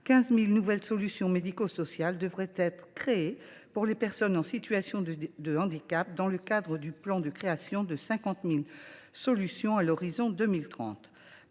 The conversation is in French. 15 000 nouvelles réponses médico sociales devraient être développées pour les personnes en situation de handicap, dans le cadre du plan de création de 50 000 solutions à horizon 2030.